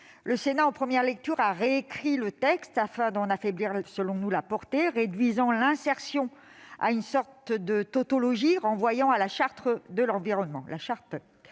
le Sénat, en première lecture, a réécrit le texte afin d'en affaiblir la portée, réduisant l'insertion à une sorte de tautologie renvoyant à la Charte de l'environnement.